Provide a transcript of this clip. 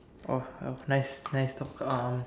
oh uh nice nice talk um